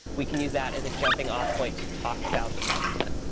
we can use that as a jumping off point to talk about the problem set.